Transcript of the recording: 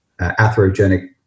atherogenic